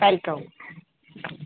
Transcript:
welcome